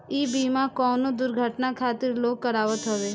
इ बीमा कवनो दुर्घटना खातिर लोग करावत हवे